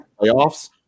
playoffs